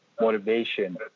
motivation